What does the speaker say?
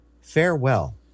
Farewell